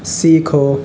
سیکھو